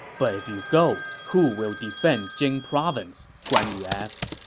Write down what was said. but if you go, who will defend jing province? guan yu asked.